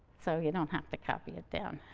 so, you don't have to copy it down.